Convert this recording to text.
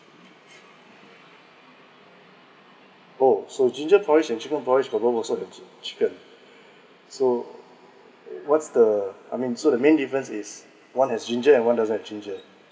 oh so ginger porridge and chicken porridge both also have the chicken so what's the I mean so the main difference is one have ginger and one doesn't have ginger